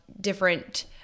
different